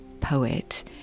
poet